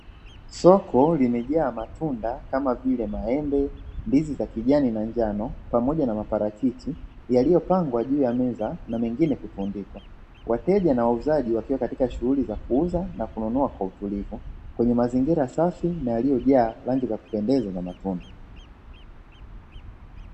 Soko limejaa matunda kama vile; maembe, ndizi za kijani na njano pamoja na maparachichi yaliyopangwa juu ya meza na mengine kutundikwa wateja na wauzaji wakiwa katika shughuli za kuuza na kununua kwa utulivu kwenye mazingira na safi na yaliyo jaa rangi za kupendeza za matunda.